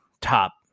top